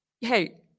hey